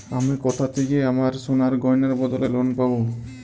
আমি কোথা থেকে আমার সোনার গয়নার বদলে লোন পাবো?